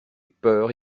peur